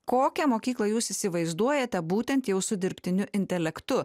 kokią mokyklą jūs įsivaizduojate būtent jau su dirbtiniu intelektu